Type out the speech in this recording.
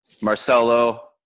Marcelo